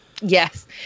Yes